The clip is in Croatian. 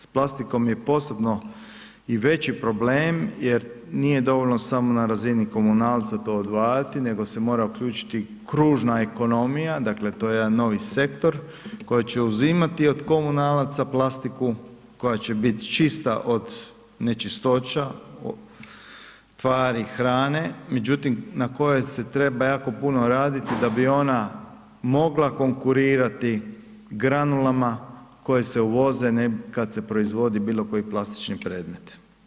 S plastikom je posebno i veći problem jer nije dovoljno samo na razini komunalca to odvajati nego se mora uključiti kružna ekonomija, dakle to je jedan novi sektor koji će uzimati od komunalaca plastiku koja će biti čista od nečistoća, tvari, hrane međutim na kojoj se treba jako puno raditi da bi ona mogla konkurirati granulama koje se uvoze kada se proizvodi bilo koji plastični predmet.